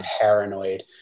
Paranoid